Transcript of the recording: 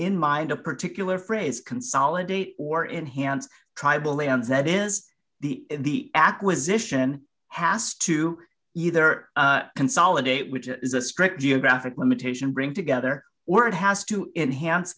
in mind a particular phrase consolidate or enhanced tribal lands that is the acquisition has to either consolidate which is a strict geographic limitation bring together or it has to enhance